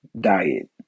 diet